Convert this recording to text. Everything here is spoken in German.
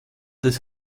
des